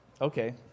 Okay